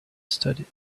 studies